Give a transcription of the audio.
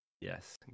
Yes